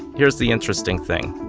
here's the interesting thing.